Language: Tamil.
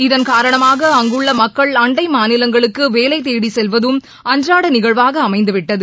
இதன் காரணமாக அங்குள்ள மக்கள் அண்டை மாநிலங்களுக்கு வேலை தேடி செல்வதம் அன்றாட நிகழ்வாக அமைந்து விட்டது